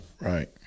Right